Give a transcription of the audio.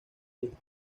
hijos